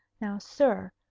now, sir,